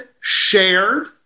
shared